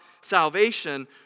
salvation